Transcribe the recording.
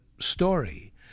story